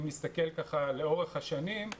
אם נסתכל לאורך השנים,